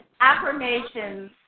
affirmations